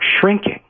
shrinking